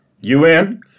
UN